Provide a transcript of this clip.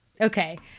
Okay